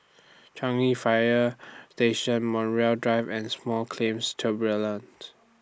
Changi Fire Station Montreal Drive and Small Claims Tribunals